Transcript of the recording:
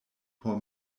por